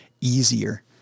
easier